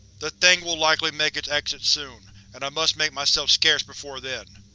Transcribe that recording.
the thing will likely make its exit soon, and i must make myself scarce before then.